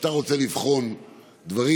כשאתה רוצה לבחון דברים,